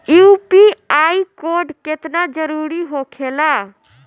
UPI code केतना जरुरी होखेला?